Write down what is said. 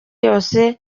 yose